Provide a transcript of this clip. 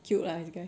cute lah the guy